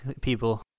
people